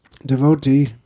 devotee